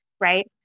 right